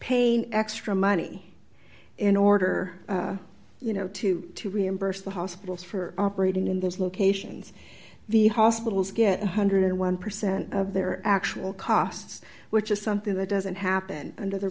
paying extra money in order you know to to reimburse the hospitals for operating in those locations the hospitals get one hundred and one percent of their actual costs which is something that doesn't happen under the